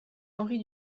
henri